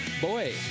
boy